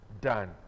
done